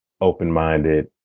open-minded